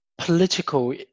political